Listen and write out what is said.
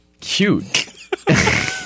cute